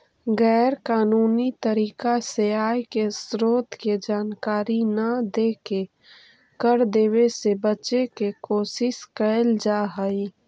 गैर कानूनी तरीका से आय के स्रोत के जानकारी न देके कर देवे से बचे के कोशिश कैल जा हई